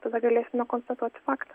tada galėsime konstatuoti faktą